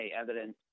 evidence